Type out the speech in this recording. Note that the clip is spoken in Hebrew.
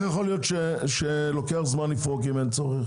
יכול להיות שלוקח זמן לפרוק אם אין צורך?